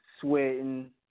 sweating